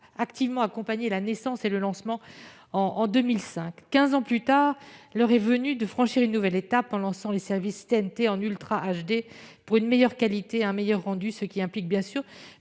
activement accompagné la naissance et le lancement en 2005. Quinze ans plus tard, l'heure est venue de franchir une nouvelle étape, en lançant les services TNT en ultra haute définition (UHD) pour une meilleure qualité et un meilleur rendu. Cela implique évidemment